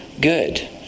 good